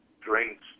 drinks